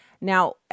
Now